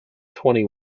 twenty